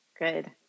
Good